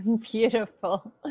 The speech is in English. beautiful